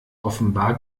offenbar